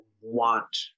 want